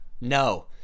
No